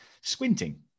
squinting